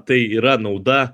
tai yra nauda